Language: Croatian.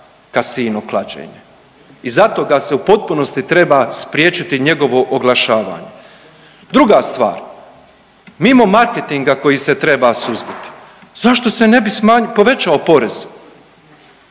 kasino klađenje. I zato ga se u potpunosti treba spriječiti njegovo oglašavanje. Druga stvar, mimo marketinga koji se treba suzbiti zašto se ne bi povećao porez.